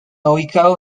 ubicado